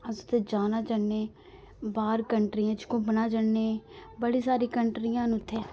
अस उत्थै जाना चाह्न्ने बाह्र कंट्रियें च घूमना चाह्न्ने बड़ी सारी कंट्रियां न उत्थै